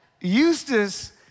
Eustace